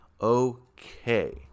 Okay